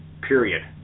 period